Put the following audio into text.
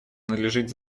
надлежит